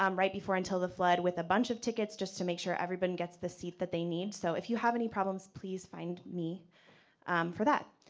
um right before, until the flood, with a bunch of tickets just to make sure everyone gets the seat that they need. so, if you have any problems, please find me for that.